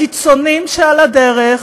הקיצונים שעל הדרך